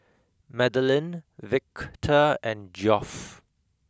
Madelyn Victor and Geoff